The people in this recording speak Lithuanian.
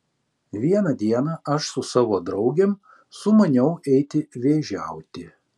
vieną dieną aš su savo draugėm sumaniau eiti vėžiauti